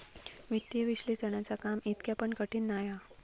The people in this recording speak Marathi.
वित्तीय विश्लेषणाचा काम इतका पण कठीण नाय हा